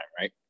right